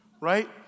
right